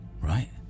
right